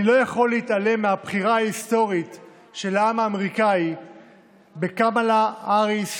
אני לא יכול להתעלם מהבחירה ההיסטורית של העם האמריקני בקמלה האריס